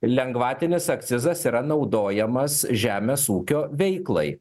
lengvatinis akcizas yra naudojamas žemės ūkio veiklai